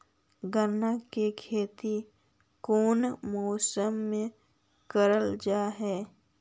गन्ना के खेती कोउन मौसम मे करल जा हई?